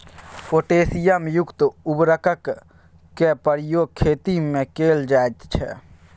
potassium युक्त उर्वरकक प्रयोग खेतीमे कैल जाइत छै